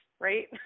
Right